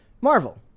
Marvel